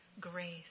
grace